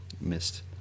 missed